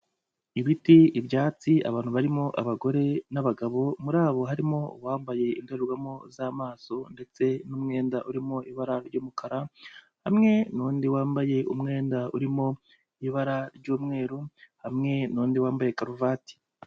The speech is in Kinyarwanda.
Ibiti, ibyatsi, abantu barimo abagore, n'abagabo, muri abo harimo uwambaye indorerwamo z'amaso, ndetse n'umwenda urimo ibara ry'umukara, hamwe n'undi wambaye umwenda uri mu ibara ry'umweru, hamwe n'undi wambaye karuvati.